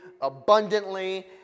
abundantly